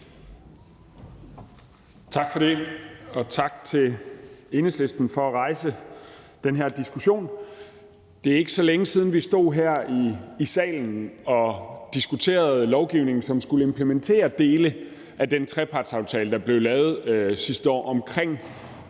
Tak for det, og tak til Enhedslisten for at rejse den her diskussion. Det er ikke så længe siden, vi stod her i salen og diskuterede lovgivning, som skulle implementere dele af den trepartsaftale, der blev lavet sidste år, om,